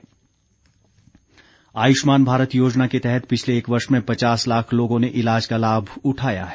आयुष्मान भारत आयुष्मान भारत योजना के तहत पिछले एक वर्ष में पचास लाख लोगों ने इलाज का लाभ उठाया है